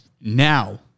Now